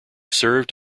served